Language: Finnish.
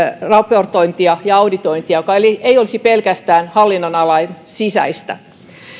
raportointia ja auditointia joka ei olisi pelkästään hallinnonalan sisäistä